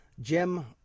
Jim